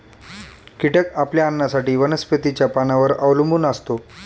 कीटक आपल्या अन्नासाठी वनस्पतींच्या पानांवर अवलंबून असतो